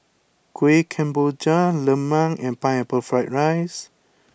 Kuih Kemboja Lemang and Pineapple Fried Rice